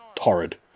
horrid